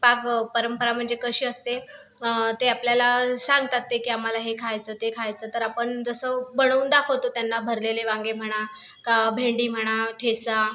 पाक परंपरा म्हणजे कशी असते ते आपल्याला सांगतात ते की आम्हाला हे खायचं ते खायचं तर आपण जसं बनवून दाखवतो त्यांना भरलेले वांगे म्हणा की भेंडी म्हणा ठेचा